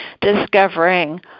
discovering